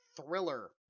thriller